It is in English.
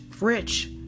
rich